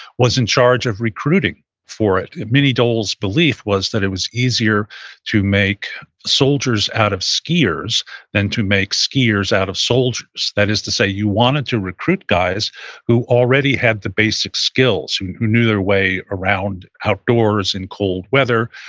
was in charge of recruiting for it. minnie dole's belief was that it was easier to make soldiers out of skiers than to make skiers out of soldiers. that is to say, you wanted to recruit guys who already had the basic skills, who who knew their way around outdoors in cold weather,